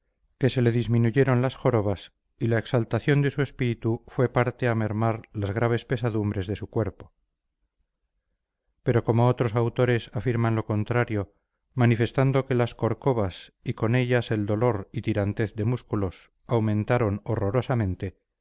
que se le disminuyeron las jorobas y la exaltación de su espíritu fue parte a mermar las graves pesadumbres de su cuerpo pero como otros autores afirman lo contrario manifestando que las corcovas y con ellas el dolor y tirantez de músculos aumentaron horrorosamente